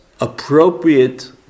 appropriate